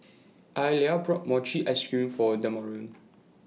Ayla bought Mochi Ice Cream For Demarion